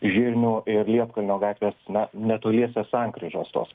žirnių ir liepkalnio gatvės na netoliese sankryžos tos